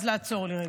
אז לעצור לרגע,